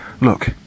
Look